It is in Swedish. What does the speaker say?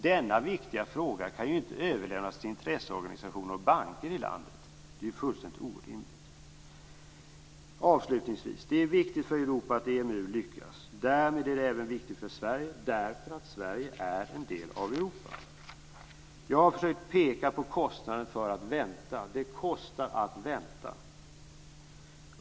Denna viktiga fråga kan ju inte överlämnas till intresseorganisationer och banker i landet. Det är fullständigt orimligt. Avslutningsvis: Det är viktigt för Europa att EMU lyckas. Därmed är det även viktigt för Sverige, eftersom Sverige är en del av Europa. Jag har försökt peka på kostnaderna för att vänta. Det kostar att vänta.